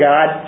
God